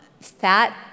Fat